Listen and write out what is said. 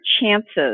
chances